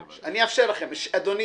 בבקשה.